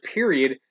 Period